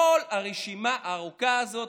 כל הרשימה הארוכה הזאת